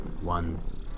One